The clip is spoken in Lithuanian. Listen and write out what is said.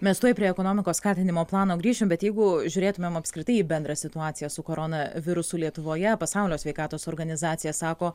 mes tuoj prie ekonomikos skatinimo plano grįšim bet jeigu žiūrėtumėm apskritai į bendrą situaciją su koronavirusu lietuvoje pasaulio sveikatos organizacija sako